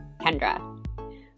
Kendra